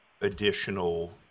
additional